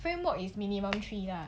framework is minimum three lah